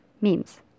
memes